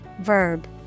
Verb